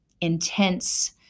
intense